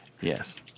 Yes